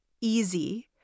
easy